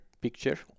picture